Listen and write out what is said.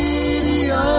Radio